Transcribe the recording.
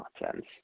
nonsense